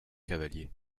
cavaliers